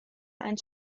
ein